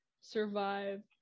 survive